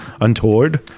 untoward